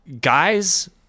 guys